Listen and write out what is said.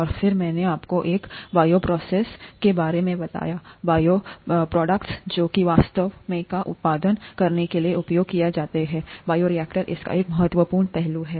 और फिर मैंने आपको एक बायोप्रोसेस के बारे में बतायाबायोप्रोडक्ट्स जो कि वास्तव मेंका उत्पादन करने के लिए उपयोग किया जाता है बायोरिएक्टर इसका एक महत्वपूर्ण पहलू है